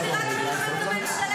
זאת בדיוק הסיבה שפירקנו לכם את הממשלה.